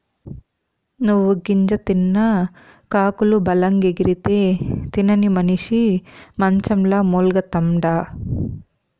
నువ్వు గింజ తిన్న కాకులు బలంగెగిరితే, తినని మనిసి మంచంల మూల్గతండా